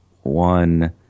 one